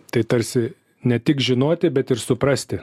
tai tarsi ne tik žinoti bet ir suprasti